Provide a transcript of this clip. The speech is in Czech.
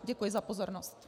Děkuji za pozornost.